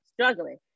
struggling